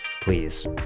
Please